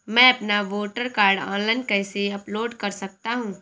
मैं अपना voter card online कैसे अपलोड कर सकता हूँ?